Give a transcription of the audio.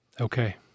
Okay